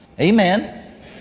Amen